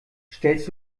stellst